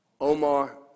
Omar